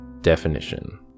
Definition